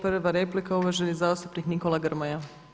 Prva replika uvaženi zastupnik Nikola Grmoja.